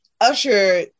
Usher